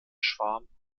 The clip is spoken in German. schwarm